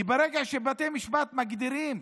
כי ברגע שבתי המשפט מגדירים